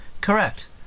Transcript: Correct